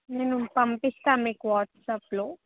నేను పంపిస్తాను మీకు వాట్సాప్లో